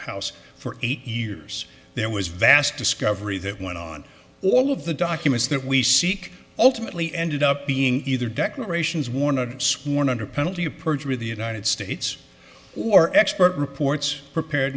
house for eight years there was vast discovery that went on all of the documents that we seek ultimately ended up being either declarations worn or sworn under penalty of perjury of the united states or expert reports